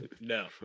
No